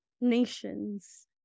nations